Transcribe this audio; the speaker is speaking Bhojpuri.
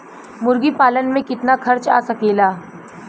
मुर्गी पालन में कितना खर्च आ सकेला?